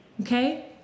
Okay